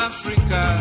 Africa